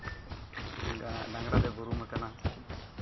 ᱰᱟᱝᱨᱟ ᱫᱚᱭ ᱵᱩᱨᱩᱢ ᱟᱠᱟᱱᱟ